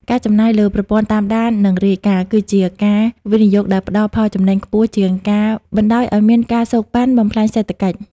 ការចំណាយលើប្រព័ន្ធ "តាមដាន និងរាយការណ៍" គឺជាការវិនិយោគដែលផ្ដល់ផលចំណេញខ្ពស់ជាងការបណ្ដោយឱ្យមាន ការសូកប៉ាន់ បំផ្លាញសេដ្ឋកិច្ច។